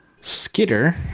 skitter